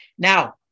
Now